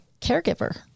caregiver